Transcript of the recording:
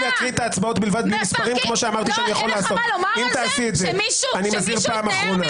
הצבעה לא אושרה נפל.